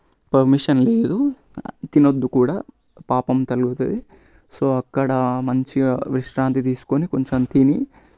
permission లేదు తినద్దు కూడా పాపం తగులుతుంది సో అక్కడ మంచిగా విశ్రాంతి తీసుకుని కొంచెం తిని